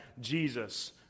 Jesus